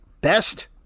best